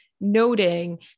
noting